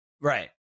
Right